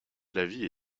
l’avis